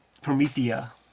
Promethea